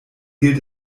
gilt